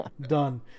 done